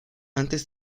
antes